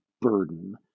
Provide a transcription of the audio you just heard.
burden